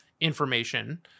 information